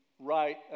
right